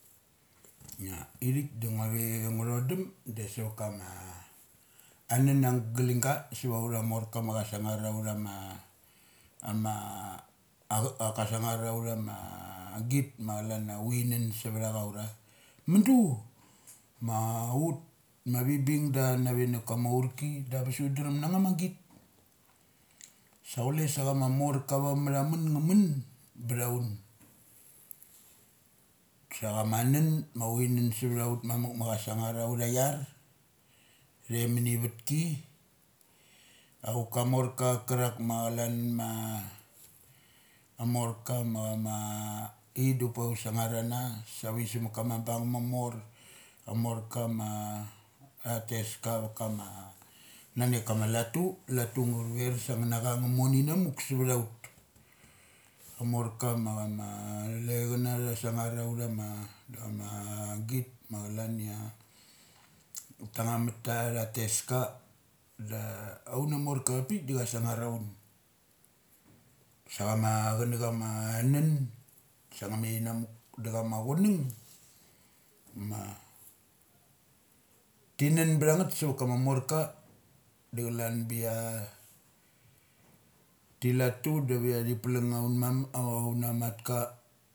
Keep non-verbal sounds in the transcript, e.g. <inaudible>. <unintelligible> ithik da ngua ve ngu thodum da suvat kama aunan anglinga suva utha morka ma cha sungar authama ama, ama auk pa ka slumar authama agit ma calan a utinun suvacha cha ura. Mudu ma ut ma avibing da nave navakama aurki da bes udrem na cha ma git. Sa chule sa chama morka avamathamun nga mun, ptha un. Sa chama anun ma uthi nun suvtha ut mamuk ma cha sungar autha iar thai mani avivatki, auk kamorka cha kurak ma chalana ma amorka maithik ma ithik da uthi sungar ana savit savat kabung ma mor. Chmar kama ma tahthes ka va kama naknek kama latu. Ngo chuer sa nga na chnaga mon inamuk suvtha ut. Amor ka ma chama lei chana tha sungar autha a, ama git ma calan ia tung ammat ta tha tes ka ia auna morka avapik de cha sung ar aun. Sa chams chunak ama unnun sa cha mathinamuk. Da chama chunang ma thi nun bthangeth samakama amorka dacalan be thi latu de ve ia ti slung aunmam aun na mat ka.